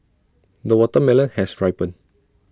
the watermelon has ripened